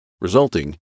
resulting